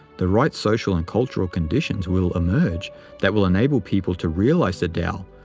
the right social and cultural conditions will emerge that will enable people to realize the tao,